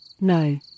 No